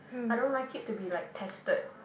I don't like it to be like tested